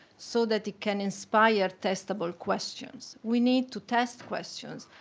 so that it can inspire testable questions. we need to test questions.